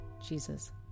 Jesus